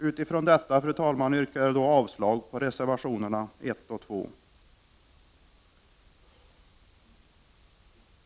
Med detta, fru talman, yrkar jag avslag på reservationerna 1 och 2.